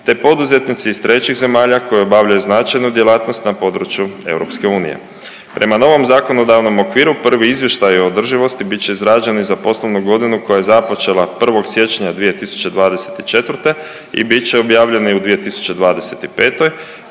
te poduzetnici iz trećih zemalja koji obavljaju značajnu djelatnost na području EU. Prema novom zakonodavnom okviru, prvi izvještaji o održivosti bit će izrađeni za poslovnu godinu koja je započela 1. siječnja 2024. i bit će objavljeni u 2025.,